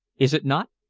is it not?